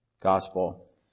Gospel